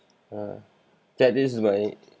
ah ya this is about it